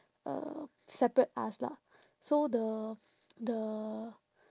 um separate us lah so the the